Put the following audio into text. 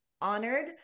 honored